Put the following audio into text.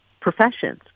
professions